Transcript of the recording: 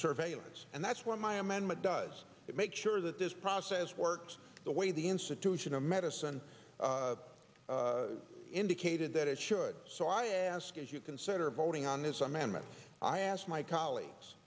surveillance and that's what my amendment does it make sure that this process works the way the institution of medicine indicated that it should so i ask as you consider voting on this amendment i ask my colleagues